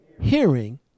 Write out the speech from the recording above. hearing